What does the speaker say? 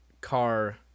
car